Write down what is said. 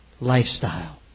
lifestyle